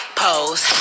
pose